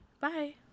bye